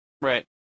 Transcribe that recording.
Right